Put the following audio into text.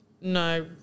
no